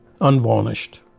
unvarnished